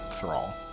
thrall